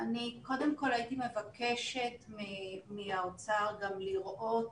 אני קודם כל הייתי מבקשת מהאוצר גם לראות